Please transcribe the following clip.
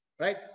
Right